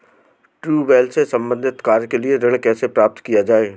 Tubewell से संबंधित कार्य के लिए ऋण कैसे प्राप्त किया जाए?